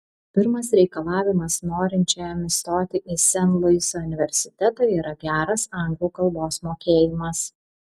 pirmas reikalavimas norinčiajam įstoti į sen luiso universitetą yra geras anglų kalbos mokėjimas